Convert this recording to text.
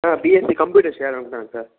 BSc computers చేయాలనుకున్నాను sir